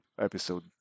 episode